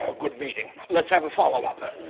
ah good meeting. let's have a follow-up.